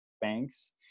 banks